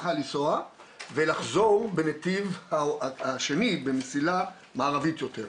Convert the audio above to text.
צריכה לנסוע ולחזור בנתיב השני במסילה מערבית יותר,